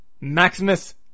Maximus